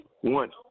One